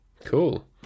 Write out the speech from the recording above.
cool